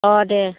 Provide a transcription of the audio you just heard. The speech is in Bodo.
अह दे